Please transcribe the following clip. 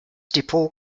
depot